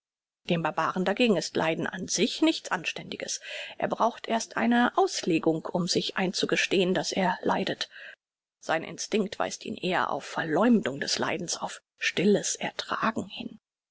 dem barbaren dagegen ist leiden an sich nichts anständiges er braucht erst eine auslegung um es sich einzugestehn daß er leidet sein instinkt weist ihn eher auf verleugnung des leidens auf stilles ertragen hin